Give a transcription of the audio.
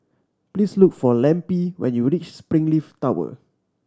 please look for Lempi when you reach Springleaf Tower